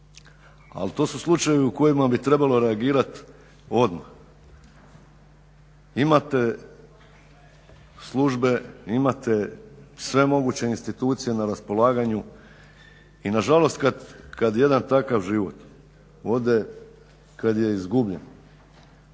ali to su slučajevi u kojima bi trebalo reagirat odmah. Imate službe, imate sve moguće institucije na raspolaganju. I na žalost kad jedan takav život ode kad je izgubljen